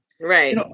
Right